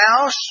house